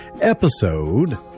episode